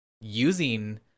using